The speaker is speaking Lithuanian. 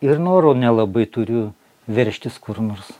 ir noro nelabai turiu veržtis kur nors